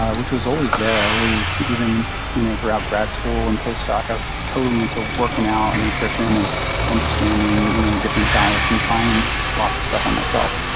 which was always there. i always, even you know throughout grad school and postdoc, i was totally into working out and nutrition and understanding you know different diets and trying lots of stuff on myself.